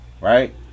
right